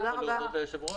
תודה רבה, אדוני.